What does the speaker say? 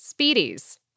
speedies